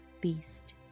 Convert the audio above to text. Beast